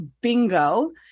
bingo